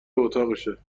اتاقشه